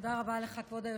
תודה רבה לך, כבוד היושב-ראש.